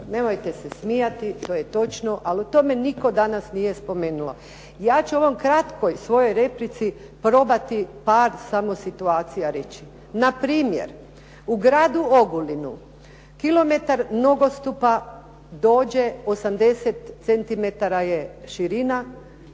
Nemojte se smijati, to je točno, ali o tome nitko danas nije spomenuo. Ja ću u ovoj kratkoj svojoj replici probati par samo situacija reći. Na primjer u gradu Ogulinu kilometar nogostupa dođe 80 cm je širina,